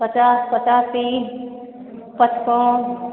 पचास पचासी पचपन